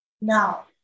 now